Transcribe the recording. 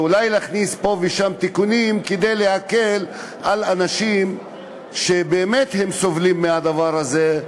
ואולי נכניס פה ושם תיקונים כדי להקל על אנשים שבאמת סובלים מהדבר הזה.